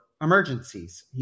emergencies